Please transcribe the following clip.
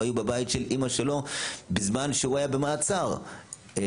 היו בבית של אימא שלו בזמן שהוא היה במעצר מינהלי,